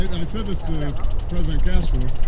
i said this to president castro